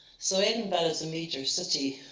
so edinburgh is a major city